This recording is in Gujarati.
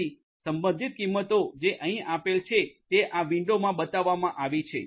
તેથી સંબંધિત કિંમતો જે અહીં આપેલ છે તે આ વિંડોમાં બતાવવામાં આવી છે